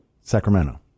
Sacramento